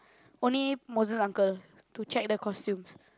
only Moses uncle to check the costumes